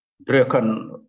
broken